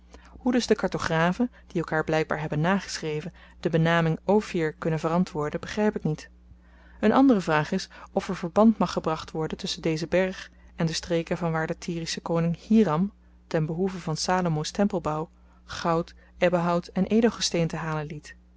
hoe dus de kartografen die elkaar blykbaar hebben nageschreven de benaming ophir kunnen verantwoorden begryp ik niet een andere vraag is of er verband mag gebracht worden tusschen dezen berg en de streken vanwaar de tyrische koning hiram ten behoeve van salomo's tempelbouw goud ebbenhout en edelgesteente halen liet